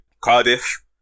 Cardiff